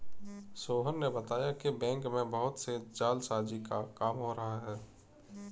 सोहन ने बताया कि बैंक में बहुत से जालसाजी का काम हो रहा है